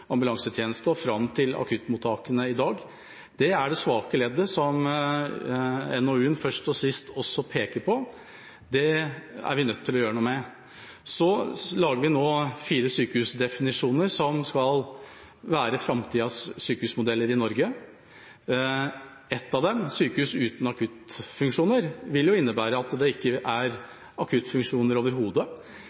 og fram til akuttmottakene. Det er det svake leddet, som NOU-en først og sist også peker på. Det er vi nødt til å gjøre noe med. Vi lager nå fire sykehusdefinisjoner for framtidas sykehusmodeller i Norge. Ett av dem, «sykehus uten akuttfunksjoner», vil innebære at det ikke er akuttfunksjoner overhodet, men vi har en demografisk situasjon som tilsier at det over